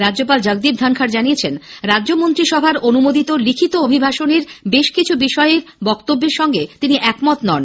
রাজ্যপাল জগদীপ ধনখড় জানিয়েছেন রাজ্য মন্ত্রিসভার অনুমোদিত লিখিত অভিভাষণের বেশ কিছু বিষয়ে বক্তব্যের সঙ্গে তিনি একমত নন